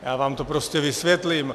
Já vám to prostě vysvětlím.